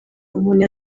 umuntu